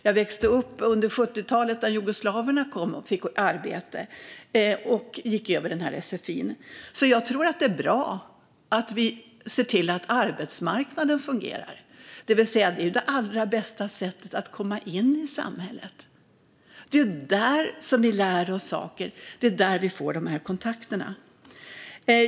Jag växte också upp under 70-talet när jugoslaverna kom och fick arbete utan någon sfi. Jag tror att det är bra om vi ser till att arbetsmarknaden fungerar. Det är det allra bästa sättet för folk att komma in i samhället. Det är där man lär sig saker, och det är där man får kontakter.